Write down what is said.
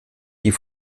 die